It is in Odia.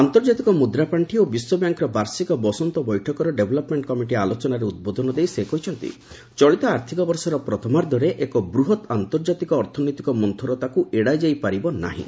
ଆନ୍ତର୍ଜାତିକ ମୁଦ୍ରା ପାର୍ଷି ଓ ବିଶ୍ୱବ୍ୟାଙ୍କ୍ର ବାର୍ଷିକ ବସନ୍ତ ବୈଠକର ଡେଭ୍ଲପ୍ମେଣ୍ଟ କମିଟି ଆଲୋଚନାରେ ଉଦ୍ବୋଧନ ଦେଇ ସେ କହିଛନ୍ତି ଚଳିତ ଆର୍ଥକ ବର୍ଷର ପ୍ରଥମାର୍ଦ୍ଧରେ ଏକ ବୃହତ୍ ଆନ୍ତର୍କାତିକ ଅର୍ଥନୈତିକ ମନ୍ତରତାକୁ ଏଡ଼ାଯାଇ ପାରିବ ନାହିଁ